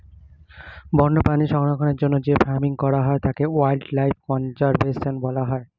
বন্যপ্রাণী সংরক্ষণের জন্য যে ফার্মিং করা হয় তাকে ওয়াইল্ড লাইফ কনজার্ভেশন বলা হয়